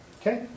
Okay